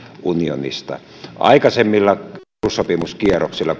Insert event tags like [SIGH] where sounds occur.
unionista aikaisemmilla perussopimuskierroksilla [UNINTELLIGIBLE]